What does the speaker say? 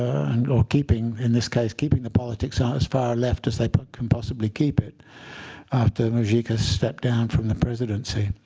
and or in this case, keeping the politics out as far left as they but can possibly keep it after mujica stepped down from the presidency.